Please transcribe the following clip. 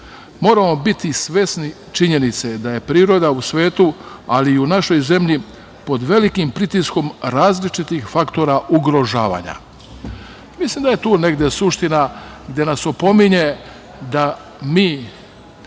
moramo biti svesni činjenice da je priroda u svetu, ali i u našoj zemlji pod velikim pritiskom različitih faktora ugrožavanja. Mislim da je tu negde suština gde nas opominje da mi